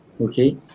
okay